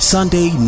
Sunday